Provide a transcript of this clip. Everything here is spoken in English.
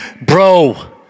bro